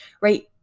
right